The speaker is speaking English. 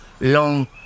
long